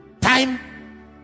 time